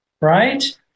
right